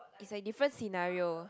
is like different scenario